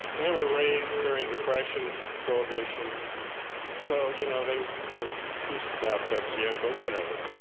and they were raised during depression prohibition so, you know they were used to bathtub gin. but whatever.